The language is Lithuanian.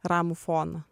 ramų foną